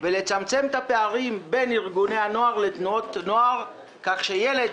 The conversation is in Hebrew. ולצמצם את הפערים בין תנועות הנוער לארגוני הנוער כך שילד